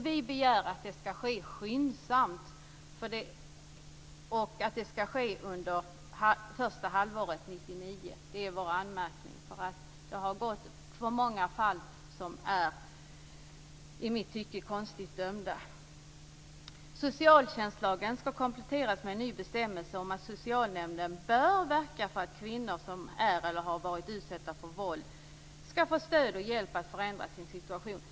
Vi begär att det skall ske skyndsamt, under första halvåret 1999. Det är vår anmärkning. Det har varit för många fall som blivit konstigt dömda. Socialtjänstlagen skall kompletteras med en ny bestämmelse om att socialnämnden bör verka för att kvinnor som är eller har varit utsatta för våld skall få stöd och hjälp att förändra sin situation.